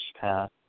path